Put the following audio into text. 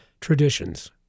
traditions